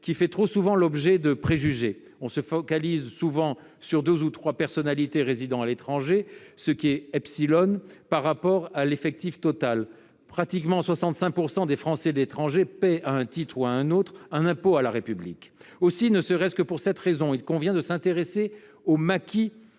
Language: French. qui fait trop souvent l'objet de préjugés. On se focalise souvent sur deux ou trois personnalités résidant à l'étranger, ce qui est par rapport à l'effectif total : en pratique, 65 % des Français de l'étranger paient un impôt à la République à un titre ou à un autre. Aussi, ne serait-ce que pour cette raison, il convient de s'intéresser au « maquis